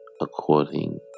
according